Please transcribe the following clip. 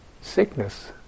sickness